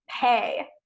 pay